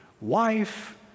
wife